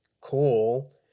cool